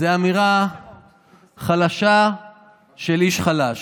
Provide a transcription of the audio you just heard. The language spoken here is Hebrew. זו אמירה חלשה של איש חלש.